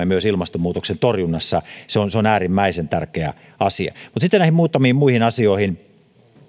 myös ilmastonmuutoksen torjunnassa se on se on äärimmäisen tärkeä asia mutta sitten näihin muutamiin muihin asioihin